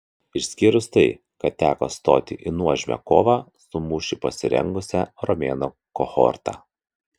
išskyrus tai kad teko stoti į nuožmią kovą su mūšiui pasirengusia romėnų kohorta